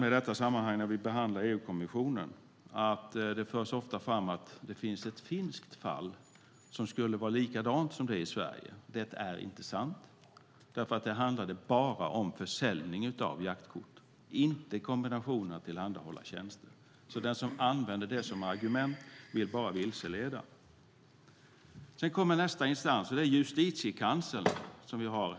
I det sammanhanget, när vi behandlar EU-kommissionen, kan jag också nämna att det förs fram ett det finns ett finskt fall som skulle vara likadant som det i Sverige. Det är inte sant eftersom det bara handlade om försäljning av jaktkort och inte om kombinationen att tillhandahålla tjänster. Den som använder det som argument vill bara vilseleda. Sedan kommer nästa instans, och det är Justitiekanslern.